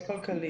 לא כלכלית.